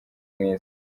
mwiza